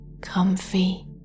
comfy